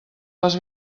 les